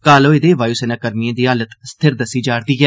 घायल होए दे वायु सेना कर्भिएं दी हालत स्थिर दस्सी जा'रदी ऐ